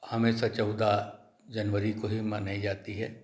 हमेशा चौदह जनवरी को ही मनाई जाती है